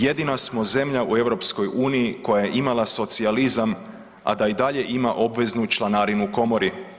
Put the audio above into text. Jedina smo zemlja u EU koja je imala socijalizam, a da i dalje ima obveznu članarinu komori.